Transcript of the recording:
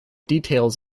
details